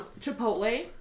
Chipotle